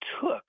took